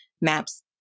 maps